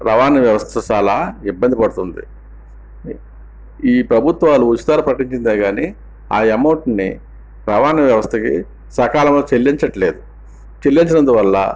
రవాణా వ్యవస్థ చాలా ఇబ్బంది పడుతుంది ఈ ప్రభుత్వాలు ఉచితాలు ప్రకటించిందే కాని ఆ అమౌంట్ ని రవాణా వ్యవస్థకి సకాలంలో చెల్లించట్లేదు చెల్లించనందువల్ల